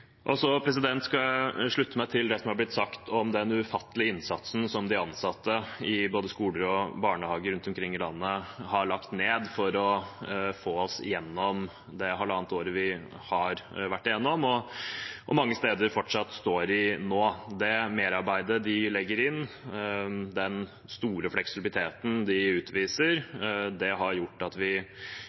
Jeg vil slutte meg til det som er sagt om den ufattelige innsatsen som de ansatte i både skoler og barnehager rundt omkring i landet har lagt ned for å få oss gjennom det halvannet året vi har vært gjennom, og mange steder fortsatt står i nå. Det merarbeidet de legger inn, den store fleksibiliteten de utviser, har gjort at vi